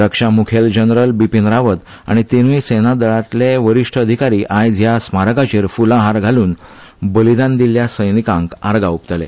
रक्षा मुखेली जनरल बिपीन रावन आनी तिनूय सेनादळांतले वरिश्ठ अधिकारी आयज ह्या स्मारकाचेर फुलां हार घालून बलिदान दिल्लया सैनिकांक आर्गां ओंपतले